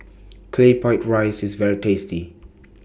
Claypot Rice IS very tasty